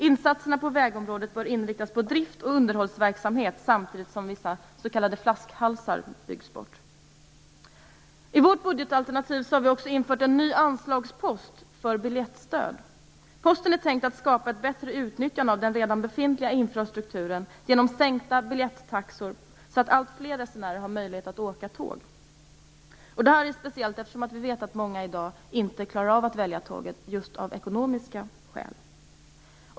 Insatserna på vägområdet bör inriktas på driftsoch underhållsverksamhet samtidigt som vissa s.k. flaskhalsar byggs bort. I Vänsterpartiets budgetalternativ har också införts en ny anslagspost för biljettstöd. Posten är tänkt för att skapa ett bättre utnyttjande av den redan befintliga infrastrukturen genom sänkta biljetttaxor, så att alltfler resenärer har möjlighet att åka tåg. Detta är litet speciellt, eftersom vi vet att många i dag inte klarar av att välja tåget av ekonomiska skäl.